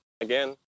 again